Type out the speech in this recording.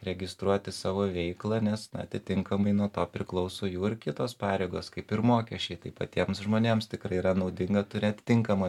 registruoti savo veiklą nes na atitinkamai nuo to priklauso jų ir kitos pareigos kaip ir mokesčiai tai patiems žmonėms tikrai yra naudinga turėt tinkamą